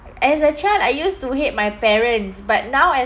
as a child I used to hate my parents but now